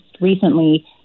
recently